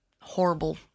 horrible